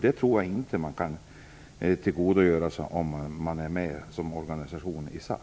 Det tror jag inte att man kan uppfylla om man är med i en sådan organisation som SAF.